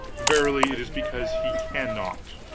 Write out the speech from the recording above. verily it is because he cannot